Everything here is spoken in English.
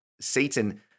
Satan